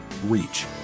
reach